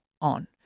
on